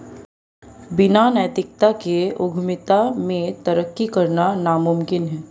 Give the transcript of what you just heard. बिना नैतिकता के उद्यमिता में तरक्की करना नामुमकिन है